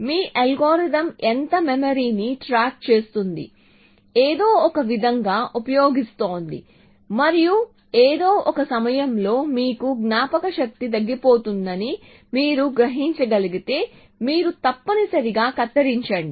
మీ algorithm ఎంత మెమరీని track చేస్తుంది ఏదో ఒకవిధంగా ఉపయోగిస్తోంది మరియు ఏదో ఒక సమయంలో మీకు జ్ఞాపకశక్తి తగ్గిపోతోందని మీరు గ్రహించగలిగితే మీరు తప్పనిసరిగా కత్తిరించండి